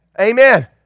Amen